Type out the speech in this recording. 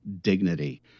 dignity